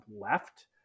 left